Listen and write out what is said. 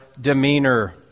demeanor